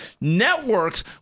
networks